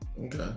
okay